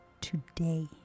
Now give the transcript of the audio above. today